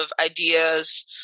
ideas